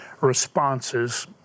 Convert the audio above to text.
responses